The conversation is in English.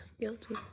Guilty